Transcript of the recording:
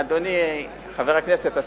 אדוני חבר הכנסת,